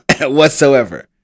whatsoever